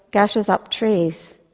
gashes up trees.